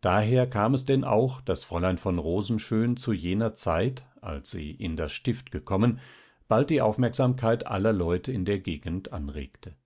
daher kam es denn auch daß fräulein von rosenschön zu jener zeit als sie in das stift gekommen bald die aufmerksamkeit aller leute in der gegend anregte